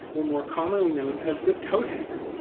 or more commonly known as the coathanger,